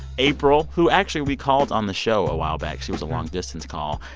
april, who, actually, we called on the show a while back. she was a long-distance call.